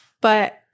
But-